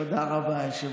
תודה רבה, היושב-ראש.